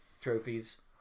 trophies